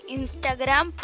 Instagram